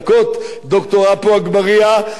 ד"ר עפו אגבאריה,